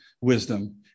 wisdom